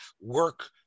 work